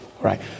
Right